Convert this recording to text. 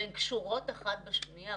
והן קשורות אחת בשנייה,